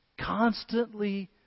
constantly